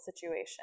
situation